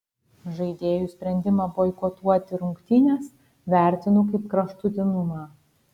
žaidėjų sprendimą boikotuoti rungtynes vertinu kaip kraštutinumą